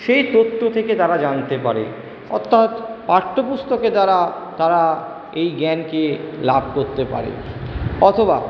সেই তথ্য় থেকে তারা জানতে পারে অর্থাৎ পাঠ্য পুস্তকের দ্বারা তারা এই জ্ঞানকে লাভ করতে পারে অথবা